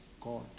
God